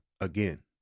again